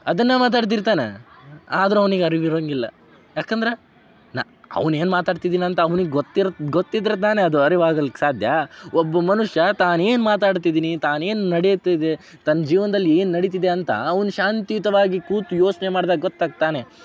ಅದನ್ನು ಮಾತಾಡ್ತಿರ್ತಾನೆ ಆದರೂ ಅವ್ನಿಗೆ ಅರಿವಿರಂಗಿಲ್ಲ ಯಾಕಂದ್ರೆ ನಾನು ಅವ್ನು ಏನು ಮಾತಾಡ್ತಿದ್ದೀನಿ ಅಂತ ಅವ್ನಿಗೆ ಗೊತ್ತಿರುತ್ತೆ ಗೊತ್ತಿದ್ದರೆ ತಾನೇ ಅದು ಅರಿವಾಗಲಿಕ್ಕೆ ಸಾಧ್ಯ ಒಬ್ಬ ಮನುಷ್ಯ ತಾನು ಏನು ಮಾತಾಡ್ತಿದ್ದೀನಿ ತಾನು ಏನು ನಡೆಯುತ್ತಿದೆ ತನ್ನ ಜೀವನ್ದಲ್ಲಿ ಏನು ನಡೀತಿದೆ ಅಂತ ಅವ್ನು ಶಾಂತಿಯುತವಾಗಿ ಕೂತು ಯೋಚನೆ ಮಾಡ್ದಾಗ ಗೊತ್ತಾಗ್ತೆ ತಾನೆ